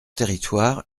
territoire